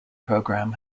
program